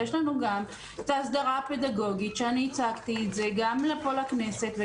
יש לנו גם את ההסדרה הפדגוגית שהצגתי אותה פה בכנסת,